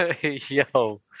Yo